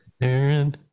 Aaron